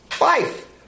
life